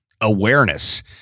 awareness